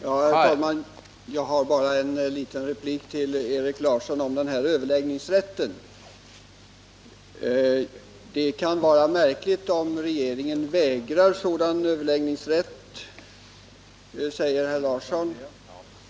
Herr talman! Jag har bara en liten replik till Erik Larsson om överläggningsrätten. Det skulle vara märkligt om regeringen vägrar organisationerna den rätten, säger herr Larsson.